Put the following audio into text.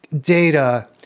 data